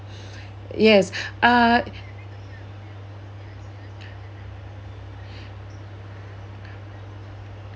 yes uh